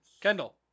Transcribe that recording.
Kendall